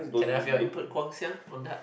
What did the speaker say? can I have your input Guang-Xiang on that